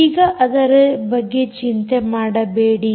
ಈಗ ಅದರ ಬಗ್ಗೆ ಚಿಂತೆ ಮಾಡಬೇಡಿ